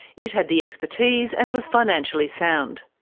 it had the expertise and was financially sound.